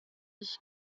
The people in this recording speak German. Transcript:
ich